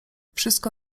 wszystko